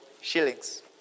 shillings